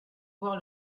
voir